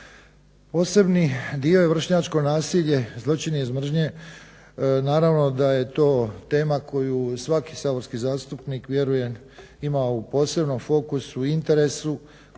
Posebni dio je vršnjačko nasilje, zločini iz mržnje. Naravno da je to tema koju svaki saborski zastupnik vjerujem ima u posebnom fokusu i interesu.